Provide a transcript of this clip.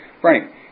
Frank